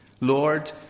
Lord